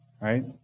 Right